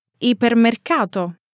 ipermercato